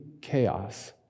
chaos